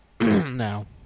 Now